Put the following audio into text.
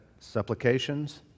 supplications